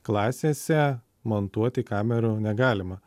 klasėse montuoti kamerų negalima